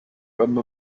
immer